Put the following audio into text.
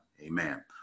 Amen